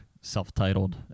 self-titled